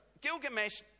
Gilgamesh